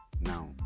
Now